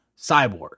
Cyborg